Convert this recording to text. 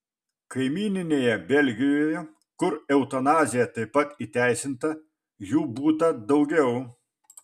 kaimyninėje belgijoje kur eutanazija taip pat įteisinta jų būta daugiau